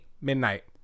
midnight